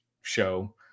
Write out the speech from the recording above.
show